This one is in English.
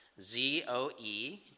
Z-O-E